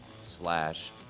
slash